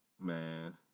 Man